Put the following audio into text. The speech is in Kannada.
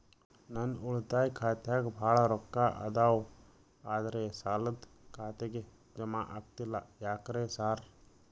ನನ್ ಉಳಿತಾಯ ಖಾತ್ಯಾಗ ಬಾಳ್ ರೊಕ್ಕಾ ಅದಾವ ಆದ್ರೆ ಸಾಲ್ದ ಖಾತೆಗೆ ಜಮಾ ಆಗ್ತಿಲ್ಲ ಯಾಕ್ರೇ ಸಾರ್?